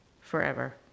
forever